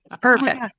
Perfect